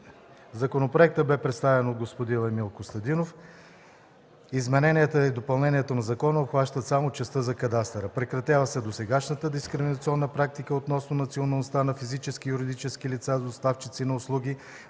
„Законопроектът бе представен от господин Емил Костадинов. Измененията и допълненията на закона обхващат само частта за кадастъра. Прекратява се досегашната дискриминационна практика относно националността на физически и юридически лица – доставчици на услуги,